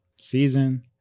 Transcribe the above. season